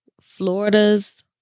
Florida's